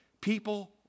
people